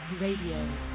Radio